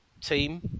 team